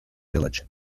village